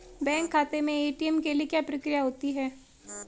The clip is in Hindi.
बैंक खाते में ए.टी.एम के लिए क्या प्रक्रिया होती है?